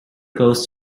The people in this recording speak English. goes